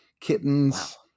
kittens